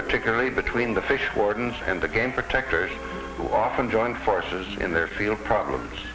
particularly between the fish wardens and the game protectors who often join forces in their field problems